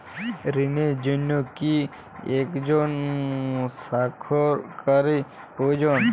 ঋণের জন্য কি একজন স্বাক্ষরকারী প্রয়োজন?